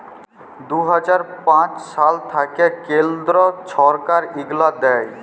দু হাজার পাঁচ সাল থ্যাইকে কেলদ্র ছরকার ইগলা দেয়